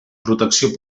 protecció